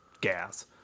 gas